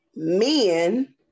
Men